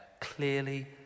clearly